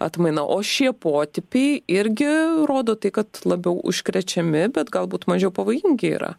atmaina o šie potipiai irgi rodo tai kad labiau užkrečiami bet galbūt mažiau pavojingi yra